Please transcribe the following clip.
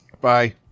Bye